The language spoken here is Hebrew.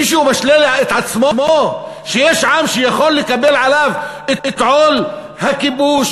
מישהו משלה את עצמו שיש עם שיכול לקבל עליו את עול הכיבוש,